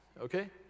okay